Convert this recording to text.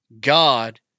God